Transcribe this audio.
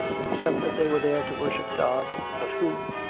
except that they were there to worship god, but who,